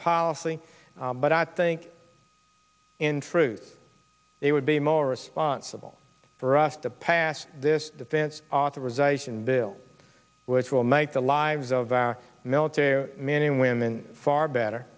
policy but i think in truth they would be more responsible for us to pass this defense authorization bill which will make the lives of our military men and women far better